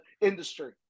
industry